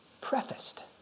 prefaced